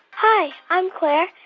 hi. i'm claire,